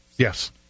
Yes